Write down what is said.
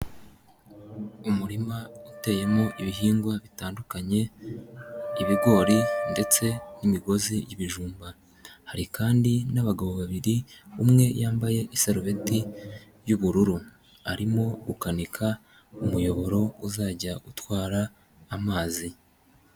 Umurima uteyemo ibihingwa bitandukanye, ibigori ndetse n'imigozi y'ibijumba, hari kandi n'abagabo babiri umwe yambaye isarubeti y'ubururu arimo gukanika umuyoboro uzajya utwara amazi.